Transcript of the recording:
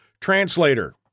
Translator